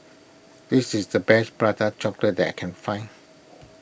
this is the best Prata Chocolate that I can find